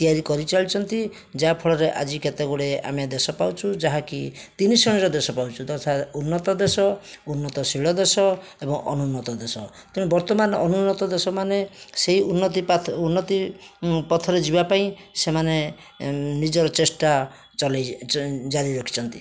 ତିଆରି କରିଚାଲିଛନ୍ତି ଯାହାଫଳରେ ଆଜି କେତେ ଗୁଡ଼ିଏ ଆମେ ଦେଶ ପାଉଛୁ ଯାହାକି ତିନି ଶ୍ରେଣୀର ଦେଶ ପାଉଛୁ ଯଥା ଉନ୍ନତଦେଶ ଉନ୍ନତଶୀଳଦେଶ ଏବଂ ଅନୁନ୍ନତଦେଶ ତେଣୁ ବର୍ତ୍ତମାନ ଅନୁନ୍ନତ ଦେଶ ମାନେ ସେଇ ଉନ୍ନତି ପାଥ ଉନ୍ନତି ପଥରେ ଯିବାପାଇଁ ସେମାନେ ନିଜର ଚେଷ୍ଟା ଚଲାଇ ଜାରିରଖିଛନ୍ତି